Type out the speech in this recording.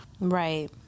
Right